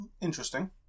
Interesting